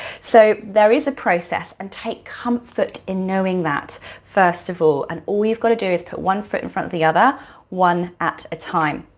so there is a process and take comfort in knowing that first of all, and all you've got to do is put one foot in front of the other one at a time.